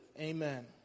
Amen